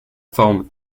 forme